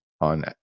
on